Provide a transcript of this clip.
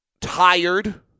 tired